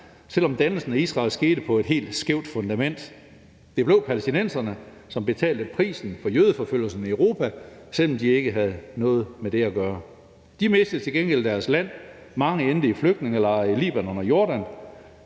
selv om dannelsen af Israel skete på et helt skævt fundament. Det blev palæstinenserne, som betalte prisen for jødeforfølgelsen i Europa, selv om de ikke havde noget med det at gøre. De mistede til gengæld deres land. Mange endte i flygtningelejre i Libanon og Jordan,